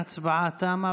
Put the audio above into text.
ההצבעה תמה.